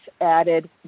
added